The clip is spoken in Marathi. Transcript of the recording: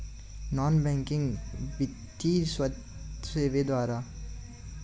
नॉन बँकिंग वित्तीय सेवेद्वारे मला शैक्षणिक कर्ज मिळेल का?